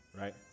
right